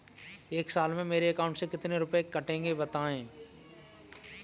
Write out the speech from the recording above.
एक साल में मेरे अकाउंट से कितने रुपये कटेंगे बताएँ?